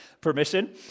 permission